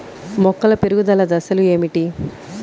మొక్కల పెరుగుదల దశలు ఏమిటి?